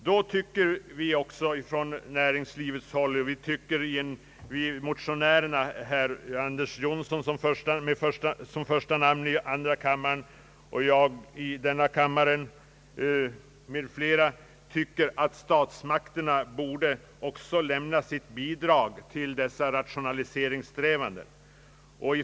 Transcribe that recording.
Mot den bakgrunden tycker vi motionärer — med herr Anders Jonsson som första namn i andra kammaren och jag i denna kammare — att statsmakterna också borde lämna sitt bidrag till rationaliseringssträvandena.